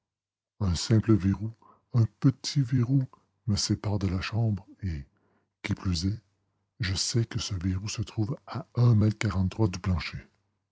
un simple verrou un petit verrou me sépare de la chambre et qui plus est je sais que ce verrou se trouve à un mètre quarante-trois du plancher